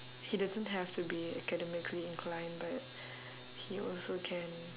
he doesn't have to be academically inclined but he also can